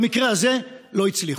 במקרה הזה, לא הצליחו.